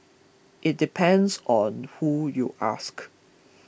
it depends on who you ask